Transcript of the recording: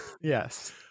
Yes